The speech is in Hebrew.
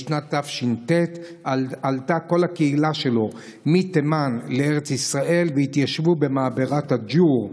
בשנת תש"ט עלתה כל הקהילה שלו מתימן לארץ ישראל והתיישבה במעברת עג'ור,